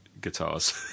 guitars